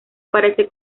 aparece